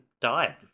died